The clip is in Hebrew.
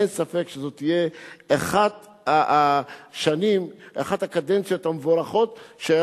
אין ספק שזו תהיה אחת הקדנציות המבורכות שהיה